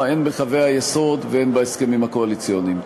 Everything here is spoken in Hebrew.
הן בקווי היסוד והן בהסכמים הקואליציוניים.